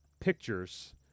pictures